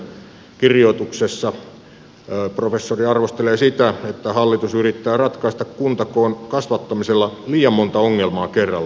loikkasen kirjoituksessa professori arvostelee sitä että hallitus yrittää ratkaista kuntakoon kasvattamisella liian monta ongelmaa kerralla